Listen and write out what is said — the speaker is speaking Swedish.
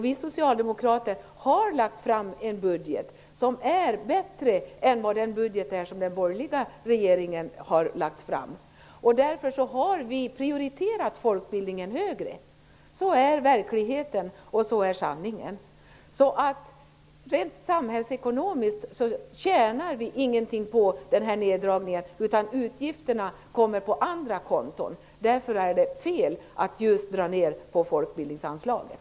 Vi socialdemokrater har lagt fram förslag om en budget som är bättre än den budget som den borgerliga regeringen har föreslagit. Vi har prioriterat folkbildningen högre. Så är verkligheten, och så är sanningen. Samhällsekonomiskt tjänar vi ingenting på den här neddragningen. Utgifterna kommer på andra konton. Därför är det fel att dra ner på just folkbildningsanslaget.